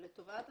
לטובת הציבור.